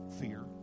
fear